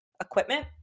Equipment